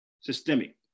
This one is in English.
Systemic